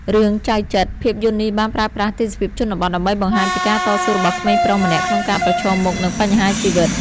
រឿង ចៅ ចិត្រ ភាពយន្តនេះបានប្រើប្រាស់ទេសភាពជនបទដើម្បីបង្ហាញពីការតស៊ូរបស់ក្មេងប្រុសម្នាក់ក្នុងការប្រឈមមុខនឹងបញ្ហាជីវិត។